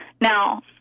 Now